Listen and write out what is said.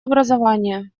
образования